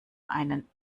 einen